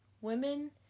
women